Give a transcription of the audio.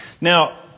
Now